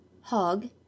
hog